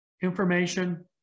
information